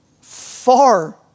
far